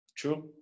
true